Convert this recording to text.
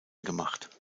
gemacht